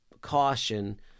caution